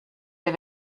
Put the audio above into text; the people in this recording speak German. wir